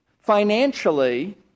financially